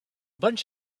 bunch